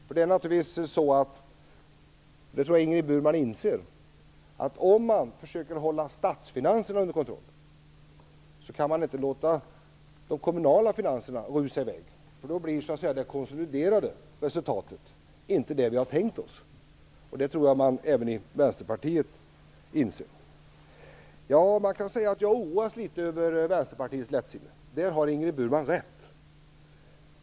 Jag tror nog att Ingrid Burman inser att om man försöker hålla statsfinanserna under kontroll så kan man inte låta de kommunala finanserna rusa i väg. Då blir inte det konsoliderade resultatet vad vi tänkt oss. Detta inser man nog även i Jag oroas litet över Vänsterpartiets lättsinne. Där har Ingrid Burman rätt.